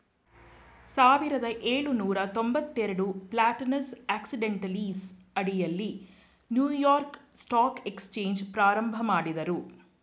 ಸಾವಿರದ ಏಳುನೂರ ತೊಂಬತ್ತಎರಡು ಪ್ಲಾಟಾನಸ್ ಆಕ್ಸಿಡೆಂಟಲೀಸ್ ಅಡಿಯಲ್ಲಿ ನ್ಯೂಯಾರ್ಕ್ ಸ್ಟಾಕ್ ಎಕ್ಸ್ಚೇಂಜ್ ಪ್ರಾರಂಭಮಾಡಿದ್ರು